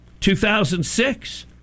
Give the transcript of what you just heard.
2006